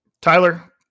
Tyler